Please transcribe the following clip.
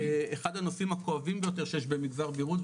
אחד הנושאים הכואבים ביותר שיש במגזר בריאות,